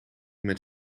met